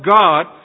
God